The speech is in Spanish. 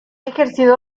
ejercido